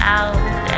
out